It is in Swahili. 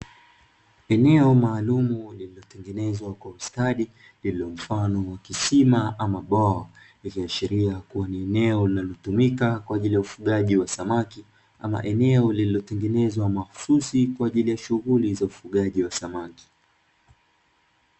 Eneo maalum limetengenezwa kwa ustadi lililo mfano wa kisima ama bwawa, iliyo ashiria kuwa ni eneo linalotumika kwa ajili ya ufugaji wa samaki kama eneo lililotengenezwa mahususi kwa ajili ya shughuli za ufugaji wa samaki.